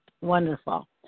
Wonderful